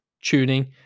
tuning